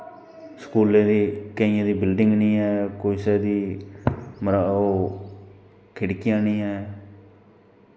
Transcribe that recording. स्कूलैं दी केंईयें दा बिल्डिंग नी ऐ कुसै दा मतलव ओह् खिड़कियां नी है